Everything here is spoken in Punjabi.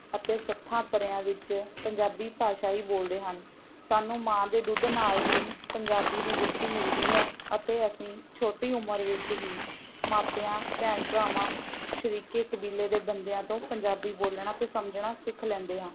ਅਤੇ ਸੱਥਾਂ ਪਰਿਆਂ ਵਿੱਚ ਪੰਜਾਬੀ ਭਾਸ਼ਾ ਹੀ ਬੋਲਦੇ ਹਨ ਸਾਨੂੰ ਮਾਂ ਦੇ ਦੁੱਧ ਨਾਲ਼ ਹੀ ਪੰਜਾਬੀ ਦੀ ਗੁੜ੍ਹਤੀ ਮਿਲਦੀ ਹੈ ਅਤੇ ਅਸੀਂ ਛੋਟੀ ਉਮਰ ਵਿੱਚ ਹੀ ਮਾਪਿਆਂ ਭੈਣ ਭਰਾਵਾਂ ਸ਼ਰੀਕੇ ਕਬੀਲੇ ਦੇ ਬੰਦਿਆਂ ਤੋਂ ਪੰਜਾਬੀ ਬੋਲਣਾ ਅਤੇ ਸਮਝਣਾ ਸਿੱਖ ਲੈਂਦੇ ਹਾਂ